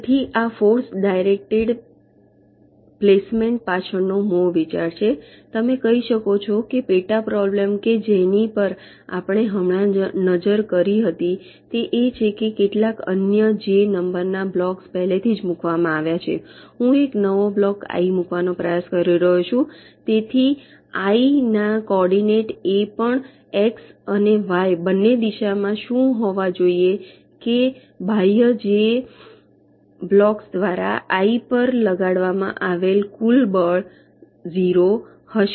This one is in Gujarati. તેથી આ ફોર્સ ડાયરેક્ટેડ પ્લેસમેન્ટ પાછળનો મૂળ વિચાર છે તમે કહી શકો છો કે પેટા પ્રોબ્લેમ કે જેની પર આપણે હમણાં નજર કરી હતી તે એ છે કે કેટલાક અન્ય જે નંબરના બ્લોક્સ પહેલેથી મૂકવામાં આવ્યા છે હું એક નવો બ્લોક આઈ મૂકવાનો પ્રયાસ કરી રહ્યો છું તેથી આઈ ના કોઓર્ડીનેટ એ પણ એક્સ અને વાય બંને દિશામાં શું હોવા જોઈએ કે બાહ્ય જે બ્લોક્સ દ્વારા આઈ પર લગાવવામાં આવેલ કુલ બળ 0 હશે